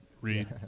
Read